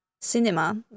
cinema